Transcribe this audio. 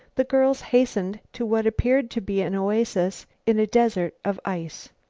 the girls hastened to what appeared to be an oasis in a desert of ice.